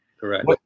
Correct